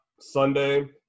sunday